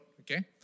okay